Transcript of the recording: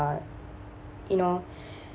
you know